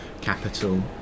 capital